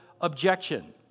objection